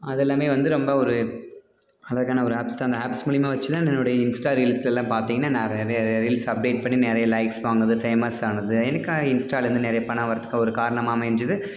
அது எல்லாமே வந்து ரொம்ப ஒரு அழகான ஒரு ஆப்ஸ் தான் அந்த ஆப்ஸ் மூலிமா வச்சு தான் என்னுடைய இன்ஸ்டா ரீல்ஸ்லேலாம் பார்த்தீங்கன்னா நான் நிறைய நிறைய ரீல்ஸ் அப்டேட் பண்ணி நிறைய லைக்ஸ் வாங்கினது ஃபேமஸ் ஆனது எனக்கும் இன்ஸ்டாலேருந்து நிறைய பணம் வர்றதுக்கு ஒரு காரணமாக அமைஞ்சுது